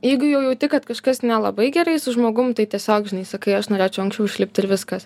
jeigu jau jauti kad kažkas nelabai gerai su žmogum tai tiesiog žinai sakai aš norėčiau anksčiau išlipti ir viskas